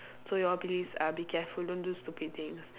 so you all please uh be careful don't do stupid things